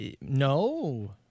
No